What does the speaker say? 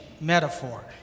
metaphor